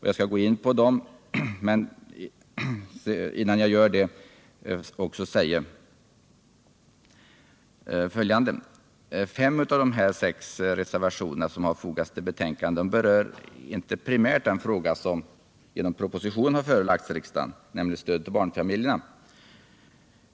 Jag skall gå in på dem, men innan jag gör det vill jag säga följande. Fem av de sex reservationer som fogats till betänkandet berör inte primärt den fråga som genom propositionen har förelagts riksdagen, nämligen frågan om stöd till barnfamiljerna.